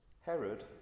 Herod